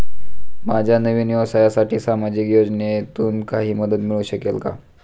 माझ्या नवीन व्यवसायासाठी सामाजिक योजनेतून काही मदत मिळू शकेल का?